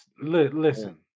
Listen